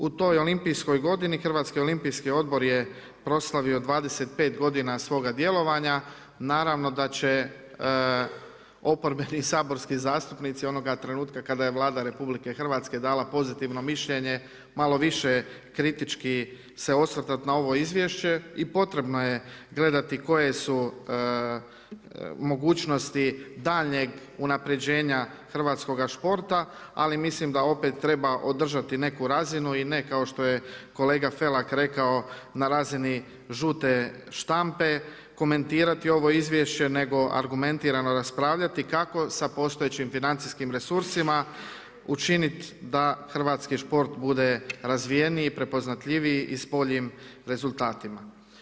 U toj olimpijskoj godini HOO je proslavio 25 godina svoga djelovanja, naravno da će oporbeni saborski zastupnici onoga trenutka kada je Vlada RH dala pozitivno mišljenje malo više kritički se osvrtat na ovo izvješće i potrebno je gledati koje su mogućnosti daljnjeg unapređenja hrvatskoga sporta, ali mislim da opet treba održati neku razinu i ne kao što je kolega Felak rekao na razini žute štampe komentirati ovo izvješće nego argumentirano raspravljati kako sa postojećim financijskim resursima učiniti da hrvatski sport bude razvijeniji, prepoznatljiviji i s boljim rezultatima.